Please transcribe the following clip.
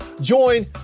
join